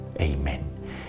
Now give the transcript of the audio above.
Amen